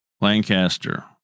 Lancaster